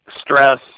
stress